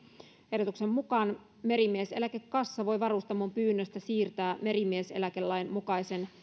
ehdotuksen mukaan merimieseläkekassa voi varustamon pyynnöstä siirtää merimieseläkelain mukaisen